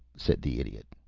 said the idiot.